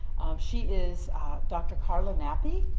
she is dr. carla nappi,